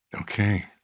Okay